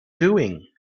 doing